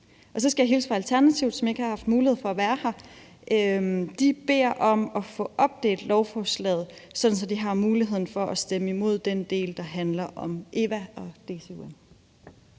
Så skal jeg hilse fra Alternativet, som ikke har haft mulighed for at være her, og sige, at de beder om at få opdelt lovforslaget, sådan at de har muligheden for at stemme imod den del, der handler om EVA og DCUM